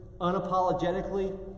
unapologetically